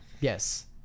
Yes